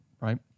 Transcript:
right